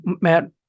Matt